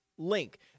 link